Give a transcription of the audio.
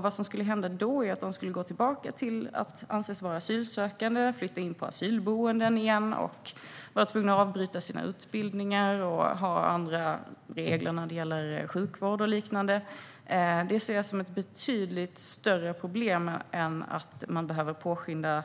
Vad som skulle hända då är att de skulle gå tillbaka till att anses vara asylsökande, behöva flytta in på asylboende igen, tvingas avbryta sina utbildningar och ha andra regler när det gäller sjukvård och liknande. Det här ser jag som ett betydligt större problem än att man behöver påskynda